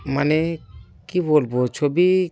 মানে কী বলব ছবি